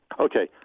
Okay